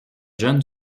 jeune